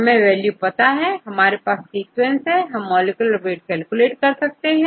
हमें वैल्यू पता है हमारे पास सीक्वेंस है तो हम मॉलिक्यूलर वेट कैलकुलेट कर सकते हैं